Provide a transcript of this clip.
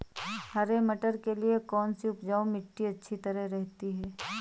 हरे मटर के लिए कौन सी उपजाऊ मिट्टी अच्छी रहती है?